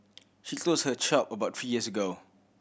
she closed her shop about three years ago